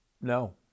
No